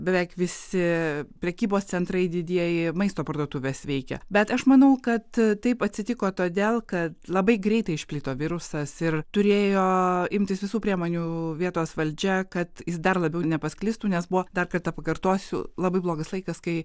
beveik visi prekybos centrai didieji maisto parduotuvės veikia bet aš manau kad taip atsitiko todėl kad labai greitai išplito virusas ir turėjo imtis visų priemonių vietos valdžia kad jis dar labiau nepasklistų nes buvo dar kartą pakartosiu labai blogas laikas kai